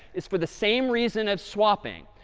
is for the same reason as swapping.